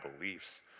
beliefs